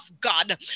God